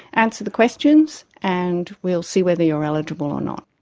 answer the questions, and we'll see whether you are eligible or not.